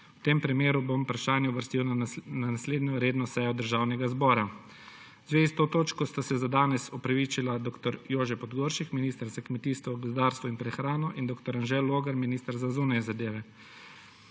V tem primeru bom vprašanje uvrstil na naslednjo redno sejo Državnega zbora. V zvezi s to točko sta se za danes opravičila dr. Jože Podgoršek, minister za kmetijstvo, gozdarstvo in prehrano, in dr. Anže Logar, minister za zunanje zadeve.